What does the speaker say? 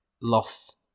lost